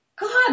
God